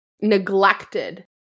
neglected